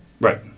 Right